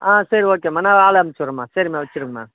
ஆ சரி ஓகேம்மா நான் ஆள் அனுப்பிச்சு விட்றேன்மா சரிம்மா வச்சிடுங்கம்மா